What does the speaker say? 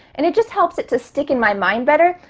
and it just helps it to stick in my mind better.